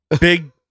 Big